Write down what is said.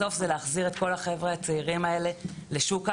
בסוף, זה להחזיר את כל החברה הצעירים האלה לחיים